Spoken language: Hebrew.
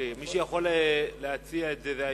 מי שיכול להציע את זה הם היוזמים,